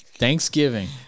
Thanksgiving